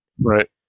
Right